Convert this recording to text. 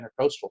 intercoastal